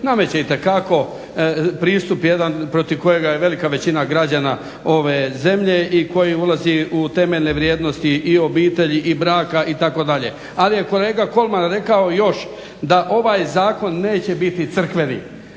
Nameće itekako pristup jedan protiv kojega je velika većina građana ove zemlje i koji ulazi u temeljne vrijednosti i obitelji i braka itd. Ali je kolega Kolman rekao još da ovaj zakon neće biti crkveni.